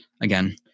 Again